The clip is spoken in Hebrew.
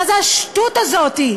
מה זה השטות הזאת?